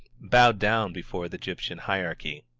bowed down before the egyptian hierarchy.